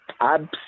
abs